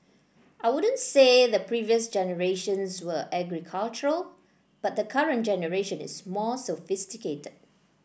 I wouldn't say the previous generations were agricultural but the current generation is more sophisticated